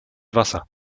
wasser